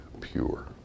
pure